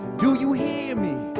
do you hear me?